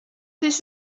this